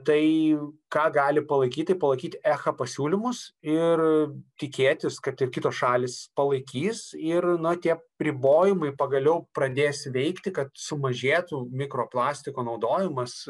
tai ką gali palaikyti palaikyti echa pasiūlymus ir tikėtis kad ir kitos šalys palaikys ir nu tie ribojimai pagaliau pradės veikti kad sumažėtų mikroplastiko naudojimas